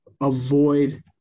avoid